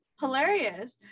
hilarious